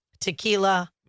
Tequila